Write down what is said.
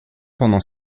pendant